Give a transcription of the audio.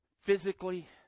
physically